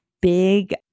Big